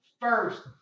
first